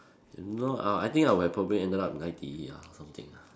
if not uh I think I would have probably ended up in I_T_E ah or something lah